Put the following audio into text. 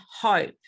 hope